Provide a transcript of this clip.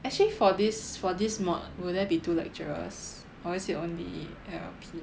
actually for this for this mod will there be two lecturers or is it only L_L_P